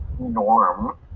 norm